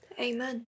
Amen